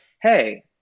Hey